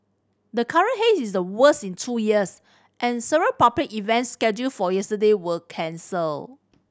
the current haze is the worst in two years and several public events scheduled for yesterday were cancel